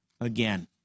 again